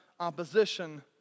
Opposition